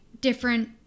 different